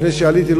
לפני שעליתי,